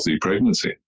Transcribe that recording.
pregnancy